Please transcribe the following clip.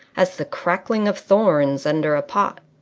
as the crackling of thorns under a pot.